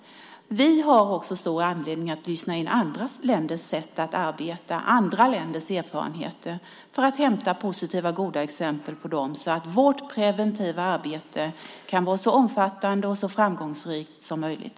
Vi har också stor anledning att lyssna in andra länders sätt att arbeta och andra länders erfarenheter för att hämta positiva och goda exempel, så att vårt preventiva arbete kan vara så omfattande och så framgångsrikt som möjligt.